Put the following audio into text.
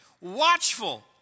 watchful